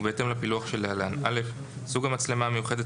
ובהתאם לפילוח שלהלן: סוג המצלמה המיוחדת